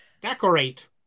Decorate